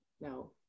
No